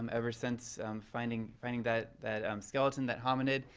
um ever since finding finding that that skeleton, that hominid,